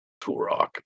Turok